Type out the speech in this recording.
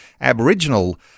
Aboriginal